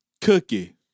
Cookie